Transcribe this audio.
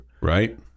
Right